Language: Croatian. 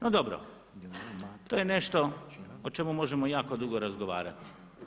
No dobro, to je nešto o čemu možemo jako dugo razgovarati.